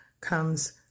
comes